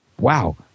Wow